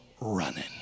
running